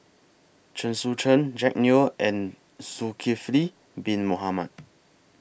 Chen Sucheng Jack Neo and Zulkifli Bin Mohamed